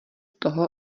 toho